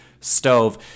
stove